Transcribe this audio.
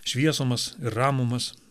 šviesumas ir ramumas